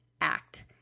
act